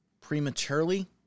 prematurely